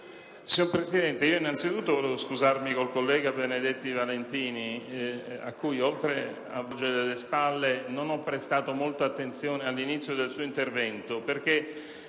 Signor Presidente, anzitutto volevo scusarmi con il collega Benedetti Valentini a cui, oltre a volgere le spalle, non ho prestato molta attenzione all'inizio del suo intervento, perché